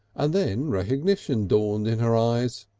and then recognition dawned in her eyes.